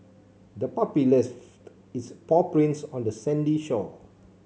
the puppy left its paw prints on the sandy shore